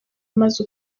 maze